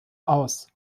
aus